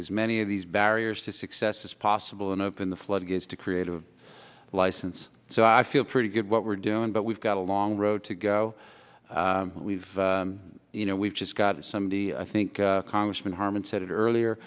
as many of these barriers to success as possible and open the floodgates to creative license so i feel pretty good what we're doing but we've got a long road to go we've you know we've just got some i think congressman harman said it earlier